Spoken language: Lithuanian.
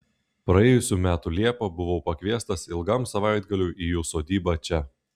praėjusių metų liepą buvau pakviestas ilgam savaitgaliui į jų sodybą čia